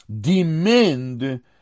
demand